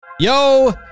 Yo